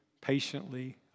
patiently